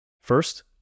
First